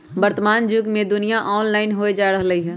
वर्तमान जुग में दुनिया ऑनलाइन होय जा रहल हइ